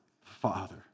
Father